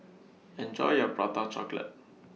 Enjoy your Prata Chocolate